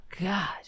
God